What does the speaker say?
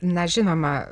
na žinoma